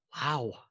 Wow